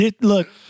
look